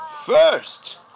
first